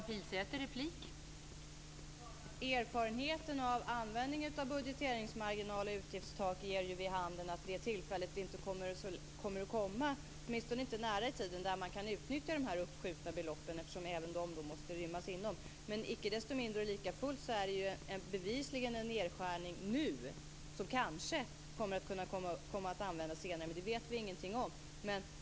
Fru talman! Erfarenheten av användning av budgeteringsmarginal och utgiftstak ger ju vid handen att det tillfälle då man kan utnyttja dessa uppskjutna belopp inte kommer att komma, åtminstone inte nära i tiden, eftersom de även då måste rymmas inom det här. Men icke desto mindre och likafullt handlar det bevisligen om en nedskärning nu. Detta belopp kanske kommer att användas senare, men det vet vi ingenting om.